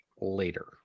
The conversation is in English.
later